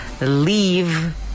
leave